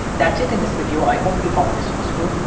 that's it in this video, i hope you found this useful.